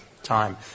time